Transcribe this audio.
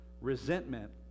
Resentment